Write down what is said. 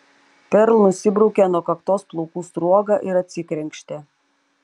perl nusibraukė nuo kaktos plaukų sruogą ir atsikrenkštė